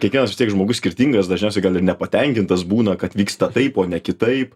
kiekvienas žmogus skirtingas dažniausiai gal ir nepatenkintas būna kad vyksta taip o ne kitaip